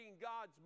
God's